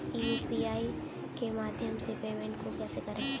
UPI के माध्यम से पेमेंट को कैसे करें?